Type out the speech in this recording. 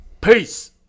Peace